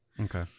Okay